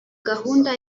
gahunda